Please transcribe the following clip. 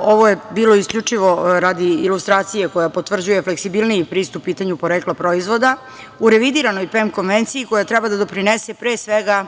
ovo je bilo isključivo radi ilustracije koja potvrđuje fleksibilniji pristup pitanju porekla proizvoda, u revidiranoj PEM konvenciji, koja treba da doprinese pre svega